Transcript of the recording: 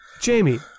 Jamie